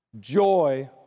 joy